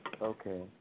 Okay